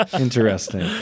Interesting